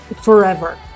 forever